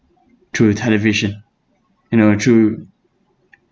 through television you know through